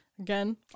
Again